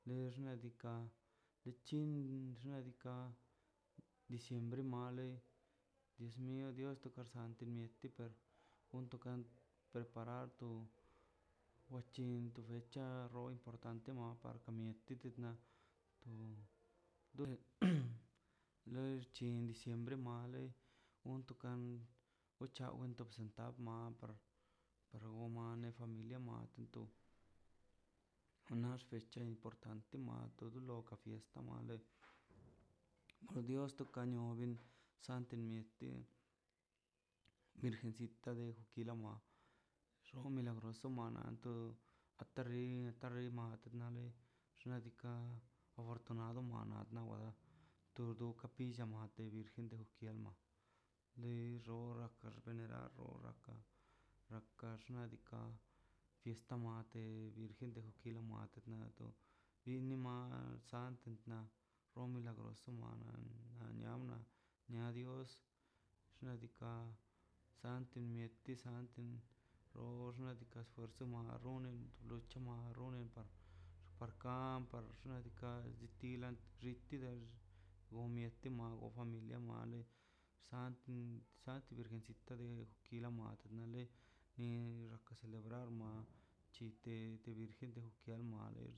Le xnaꞌ diikaꞌ le chin xnaꞌ diika' diciembre male dios mio sant mieti per unti kar preparado wa chin tu becha roi por tanto dieciembre male unto kan uc̱hao tob centav ma par para gona familia matitu anox par cha importante a todo lo ke fiesta dios to kanio santo mieti virgencita de juquila xoo milagroso mana santo atori rima male xnaꞌ diikaꞌ afortunado nad na wale tu do kapilla mante de juquila lei xo bene rrogakato perx xnaꞌ diikaꞌ fiesta mate virgen de juquila matenado bini mado sal santntano kon milagroso mal da liaba nia dios xnaꞌ diikaꞌ sant mieti sant do xnaꞌ diikaꞌ esfuerzo arruni acho arruni paka xnaꞌ diikaꞌ tilan xi tidex o mieti familia da male sant sant virgencita de juquila made en ai ke celebrar ma chiteꞌ virgen de juquila.